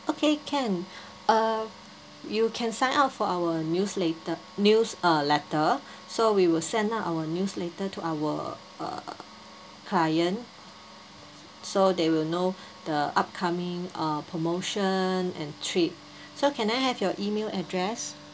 okay can uh you can sign up for our newsletter news uh letter so we will send out our newsletter to our uh client so they will know the upcoming uh promotion and trip so can I have your email address